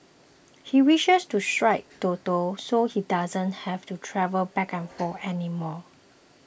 he wishes to strike Toto so he doesn't have to travel back and forth anymore